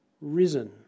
risen